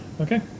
Okay